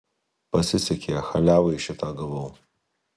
pasisekė chaliavai šitą gavau